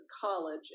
college